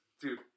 dude